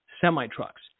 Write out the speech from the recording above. semi-trucks